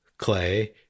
Clay